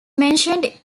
mentioned